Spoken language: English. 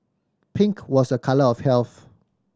pink was a colour of health